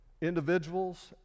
individuals